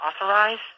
authorize